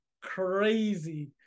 crazy